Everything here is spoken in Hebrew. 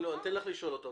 אתן לך לשאול אותו,